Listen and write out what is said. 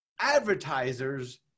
advertisers